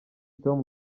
tom